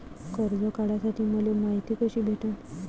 कर्ज काढासाठी मले मायती कशी भेटन?